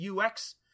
UX